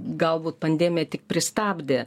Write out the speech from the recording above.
galbūt pandemija tik pristabdė